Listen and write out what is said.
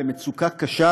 למצוקה קשה,